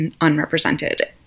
unrepresented